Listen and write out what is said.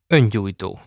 Öngyújtó